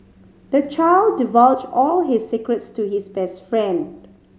the child divulged all his secrets to his best friend